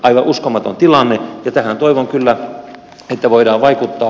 aivan uskomaton tilanne ja tähän toivon kyllä että voidaan vaikuttaa